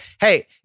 hey